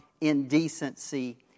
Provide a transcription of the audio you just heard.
indecency